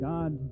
God